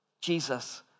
Jesus